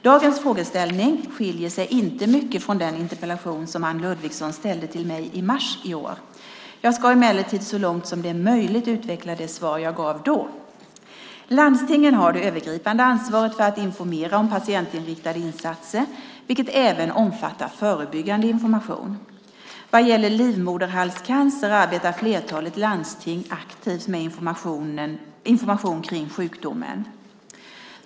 Dagens frågeställning skiljer sig inte mycket från den interpellation som Anne Ludvigsson ställde till mig i mars i år. Jag ska emellertid så långt som det är möjligt utveckla det svar som jag gav då. Landstingen har det övergripande ansvaret för att informera om patientinriktade insatser vilket även omfattar förebyggande information. Vad gäller livmoderhalscancer arbetar flertalet landsting aktivt med information kring sjukdomen.